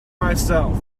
myself